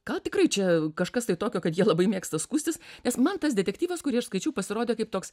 gal tikrai čia kažkas tai tokio kad jie labai mėgsta skųstis nes man tas detektyvas kurį aš skaičiau pasirodė kaip toks